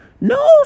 no